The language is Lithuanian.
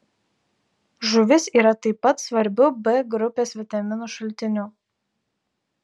žuvis yra taip pat svarbiu b grupės vitaminų šaltiniu